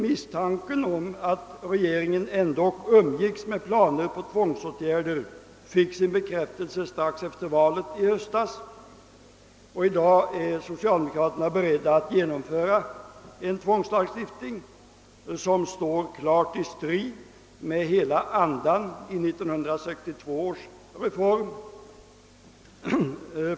Misstanken om att regeringen ändock umgicks med planer på tvångsåtgärder fick sin bekräftelse strax efter valet i höstas, och i dag är socialdemokraterna beredda att genomföra en tvångslagstiftning, som står i strid med hela andan i 1962 års reform.